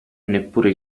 neppure